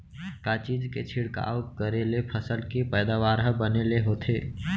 का चीज के छिड़काव करें ले फसल के पैदावार ह बने ले होथे?